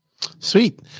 Sweet